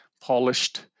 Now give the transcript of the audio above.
polished